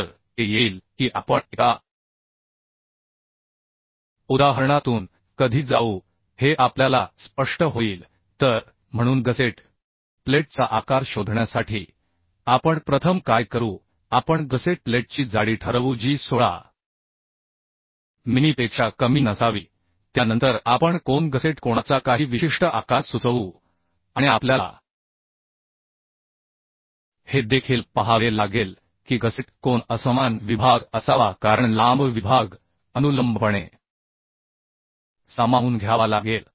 तर ते येईल की आपण एका उदाहरणातून कधी जाऊ हे आपल्याला स्पष्ट होईल तर म्हणून गसेट प्लेटचा आकार शोधण्यासाठी आपण प्रथम काय करू आपण गसेट प्लेटची जाडी ठरवू जी 16 मिमीपेक्षा कमी नसावी त्यानंतर आपण कोन गसेट कोनाचा काही विशिष्ट आकार सुचवू आणि आपल्याला हे देखील पाहावे लागेल की गसेट कोन असमान विभाग असावा कारण लांब विभाग अनुलंबपणे सामावून घ्यावा लागेल